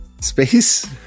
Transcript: space